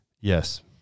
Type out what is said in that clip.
Yes